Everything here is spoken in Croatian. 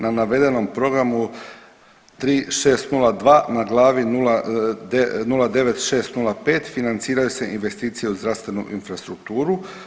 Na navedenom programu 3602 na glavi 09605 financiraju se investicije u zdravstvenu infrastrukturu.